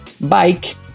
bike